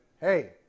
Hey